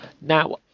Now